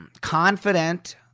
confident